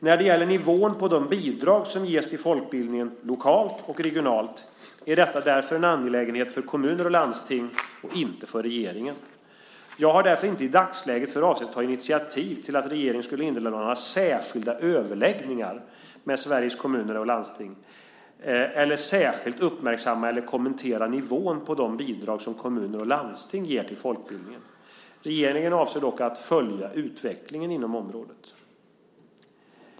När det gäller nivån på de bidrag som ges till folkbildningen lokalt och regionalt är detta därför en angelägenhet för kommuner och landsting, inte för regeringen. Jag har därför inte i dagsläget för avsikt att ta initiativ till att regeringen inleder några särskilda överläggningar med Sveriges Kommuner och Landsting, eller särskilt uppmärksammar eller kommenterar nivån på de bidrag som kommuner och landsting ger till folkbildningen. Regeringen avser dock att följa utvecklingen inom området.